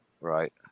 Right